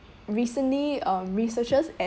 recently um researchers